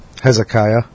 Hezekiah